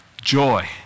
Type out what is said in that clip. Joy